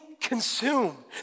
consume